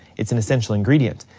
it's an essential ingredient.